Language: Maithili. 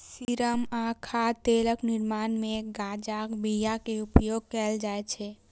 सीरम आ खाद्य तेलक निर्माण मे गांजाक बिया के उपयोग कैल जाइ छै